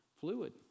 fluid